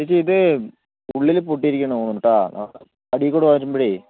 ചേച്ചീ ഇത് ഉള്ളിൽ പൊട്ടി ഇരിക്കണെന്നു തോന്നുന്നു കേട്ടോ അടിയിൽക്കൂടി വരുമ്പോഴ്